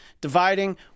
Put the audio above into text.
dividing